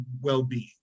well-being